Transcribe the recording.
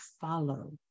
follow